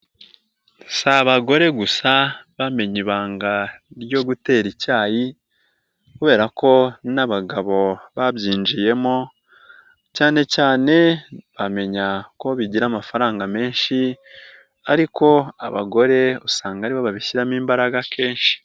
Si abagore gusa bamenye ibanga ryo gutera icyayi, kubera ko n'abagabo babyinjiyemo cyane cyane bamenya ko bigira amafaranga menshi, ariko abagore usanga aribo babishyiramo imbaraga kenshi.